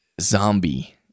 zombie